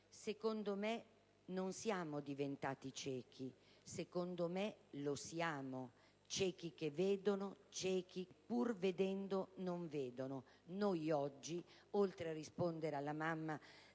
«Secondo me non siamo diventati ciechi, secondo me lo siamo, ciechi che vedono, ciechi che, pur vedendo, non vedono!» Noi oggi - oltre a rispondere alla mamma